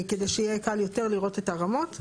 כדי שיהיה קל יותר לראות את הרמות.